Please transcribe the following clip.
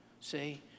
See